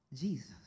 Jesus